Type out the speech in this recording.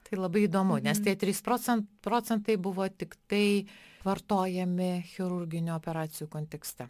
tai labai įdomu nes tie trys procen procentai buvo tiktai vartojami chirurginių operacijų kontekste